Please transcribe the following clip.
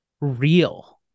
real